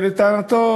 לטענתו,